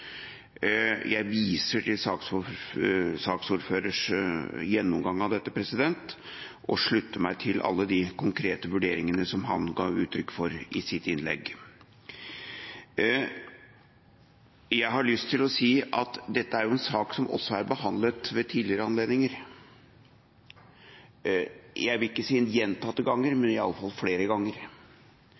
Jeg viser til saksordførerens gjennomgang av dette, og slutter meg til alle de konkrete vurderingene han ga uttrykk for i sitt innlegg. Jeg har lyst til å si at dette er en sak som også er behandlet ved tidligere anledninger. Jeg vil ikke si gjentatte ganger, men iallfall flere ganger.